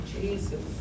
Jesus